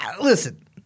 listen